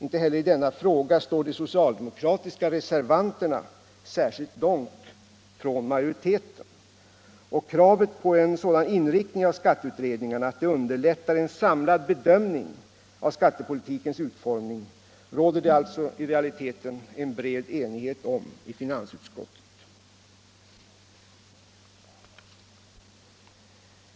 Inte heller i denna fråga står de socialdemokratiska reservanterna särskilt långt från majoriteten. Kravet på en sådan inriktning av skatteutredningarna att man underlättar en samlad bedömning av skattepolitikens utformning råder det alltså i realiteten en bred enighet om i finansutskottet.